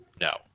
no